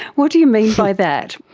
what do you mean by that?